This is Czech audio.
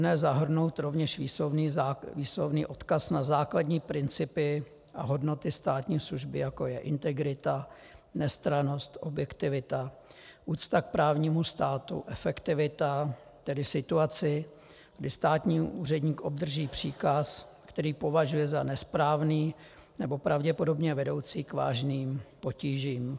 Bylo by vhodné zahrnout rovněž výslovný odkaz na základní principy a hodnoty státní služby, jako je integrita, nestrannost, objektivita, úcta k právnímu státu, efektivita; tedy situaci, kdy státní úředník obdrží příkaz, který považuje za nesprávný nebo pravděpodobně vedoucí k vážným potížím.